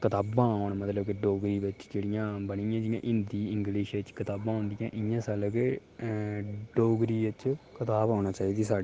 कताबां औन मतलब कि डोगरी बिच जेह्ड़ियां बनी गेदियां हिंदी इंग्लिश च कताबां होंदियां इ'यां साढ़े कि डोगरी बिच कताब औना चाहिदी साढ़ी